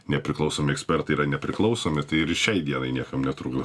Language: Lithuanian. nepriklausomi ekspertai yra nepriklausomi tai ir šiai dienai niekam netrukdo